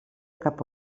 cap